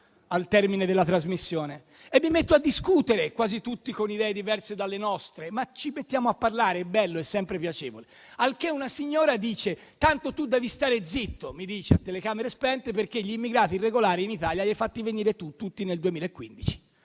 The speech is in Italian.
al termine della trasmissione, e mi metto a discutere. Quasi tutti hanno idee diverse dalle nostre, ma ci mettiamo a parlare, è bello, è sempre piacevole. Al che una signora mi dice, a telecamere spente: «Tanto tu devi stare zitto, perché gli immigrati irregolari in Italia li hai fatti venire tu, tutti nel 2015».